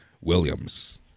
Williams